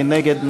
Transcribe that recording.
מי נגד?